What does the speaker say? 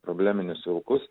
probleminius vilkus